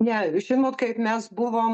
ne žinot kaip mes buvom